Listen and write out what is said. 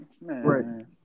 Right